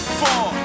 four